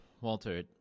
Walter